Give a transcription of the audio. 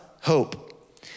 hope